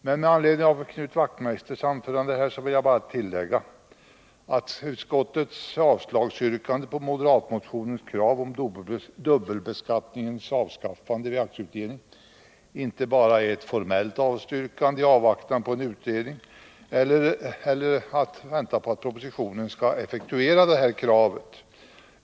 Med anledning av Knut Wachtmeisters anförande vill jag bara tillägga att utskottets avslagsyrkande på moderatmotionens krav om dubbelbeskattningens avskaffande vid aktieutdelning inte bara är ett formellt avstyrkande i avvaktan på en utredning eller i väntan på att en proposition skall effektuera motionskravet.